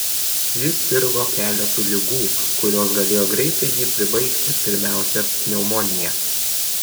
jis sirgo keletu ligų kurios galėjo greitai jį pribaigti pirmiausia pneumonija